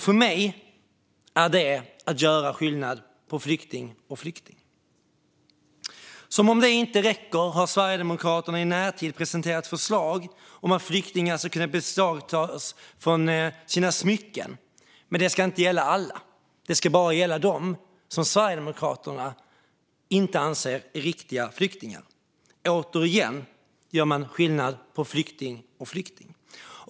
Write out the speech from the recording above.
För mig är det att göra skillnad på flykting och flykting. Som om det inte räckte har Sverigedemokraterna i närtid presenterat förslag om att flyktingar ska kunna fråntas sina smycken - men det ska inte gälla alla utan bara dem som Sverigedemokraterna inte anser är riktiga flyktingar. Återigen gör man skillnad på flykting och flykting.